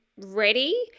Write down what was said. ready